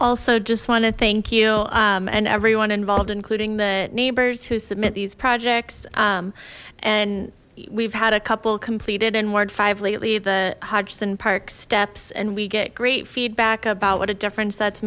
also just want to thank you and everyone involved including the neighbors who submit these projects and we've had a couple completed in ward five lately the hodgson park steps and we get great feedback about what a difference that's